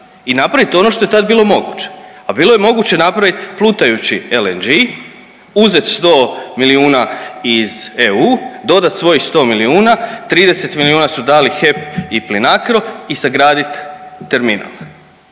i napraviti ono što je tad bilo moguće, a bilo je moguće napraviti plutajući LNG, uzet 100 milijuna iz EU, dodat svojih 100 milijuna, 30 milijuna su dali HEP i Plinacro i sagradit terminal.